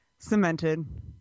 cemented